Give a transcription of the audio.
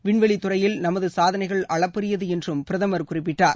விண்வெளித் துறையில் நமது சாதனைகள் அளப்பரியது என்றும் பிரதமர் குறிப்பிட்டார்